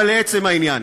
אבל לעצם העניין,